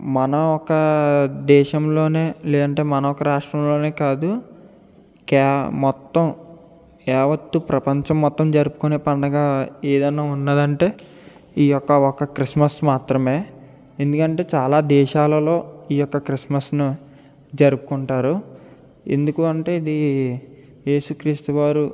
మన ఒక దేశంలోనే లేదంటే మన ఒక రాష్ట్రంలోనే కాదు క్యా మొత్తం యావత్తు ప్రపంచం మొత్తం జరుపుకునే పండగ ఏదైనా ఉన్నది అంటే ఈయొక్క ఒక్క క్రిస్మస్ మాత్రమే ఎందుకంటే చాలా దేశాలలో ఈ యొక్క క్రిస్మస్ను జరుపుకుంటారు ఎందుకు అంటే ఇది ఏసుక్రీస్తు వారు